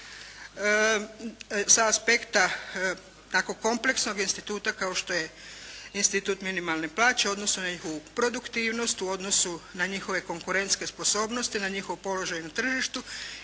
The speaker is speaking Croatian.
sa aspekta tako kompleksnog instituta kao što je institut minimalne plaće u odnosu na njihovu produktivnost, u odnosu na njihove konkurentske sposobnosti, na njihov položaj na tržištu